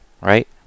right